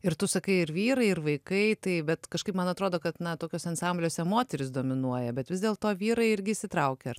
ir tu sakai ir vyrai ir vaikai taip bet kažkaip man atrodo kad na tokiuose ansambliuose moterys dominuoja bet vis dėl to vyrai irgi įsitraukia ar